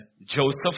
Joseph